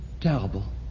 Terrible